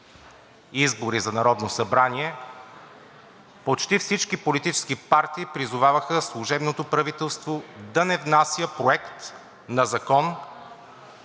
избори за Народно събрание, почти всички политически партии призоваваха служебното правителство да не внася Проект на закон